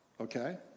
okay